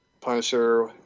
punisher